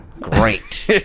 Great